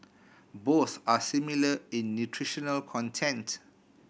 both are similar in nutritional content